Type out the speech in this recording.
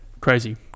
crazy